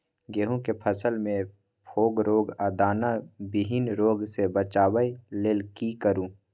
गेहूं के फसल मे फोक रोग आ दाना विहीन रोग सॅ बचबय लेल की करू?